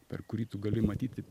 per kurį tu gali matyti